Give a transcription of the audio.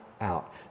out